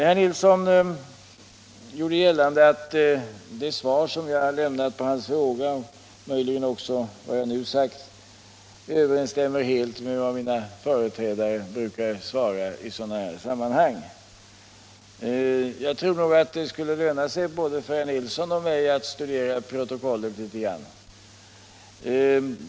Herr Nilsson gjorde gällande att det svar som jag har lämnat på hans fråga — och möjligen också vad jag nu har sagt — överensstämmer helt med vad mina företrädare brukade svara i sådana här sammanhang. Jag tror att det skulle löna sig för både herr Nilsson och mig att studera protokollen litet grand.